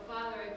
Father